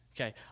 okay